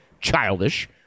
childish